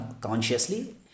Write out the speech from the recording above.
consciously